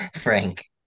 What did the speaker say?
Frank